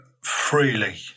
freely